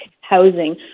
housing